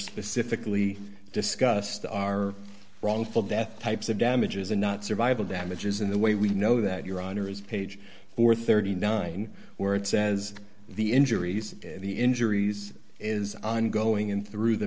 specifically discussed are wrongful death types of damages and not survival damages in the way we know that your honor is page four hundred and thirty nine where it says the injuries the injuries is ongoing in through the